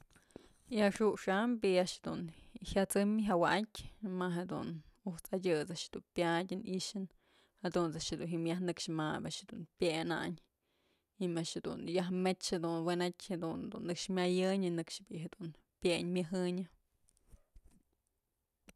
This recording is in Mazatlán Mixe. Axuxa'am jyasëm jyawa'atyë ma'a jedun ujt's adyet's a'ax jedun pyadyën i'ixën jadunt's a'ax jedun ji'im yaj nëkxë ma ob a'ax dun pyenayn ji'im a'ax jedun yajmech jadun wenatyë jadun dun nëkx myayënyë nëkx jedun pyeñ myëjënyë.